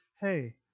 hey